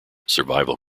survival